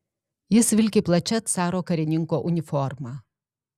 jis vilki plačia caro karininko uniforma